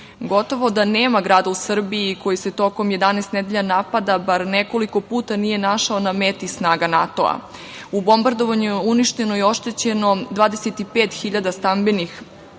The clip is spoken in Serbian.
Gotovo da nema grada u Srbiji koji se tokom 11 nedelja napada bar nekoliko puta nije našao na meti snaga NATO. U bombardovanju je uništeno i oštećeno 25.000 stambenih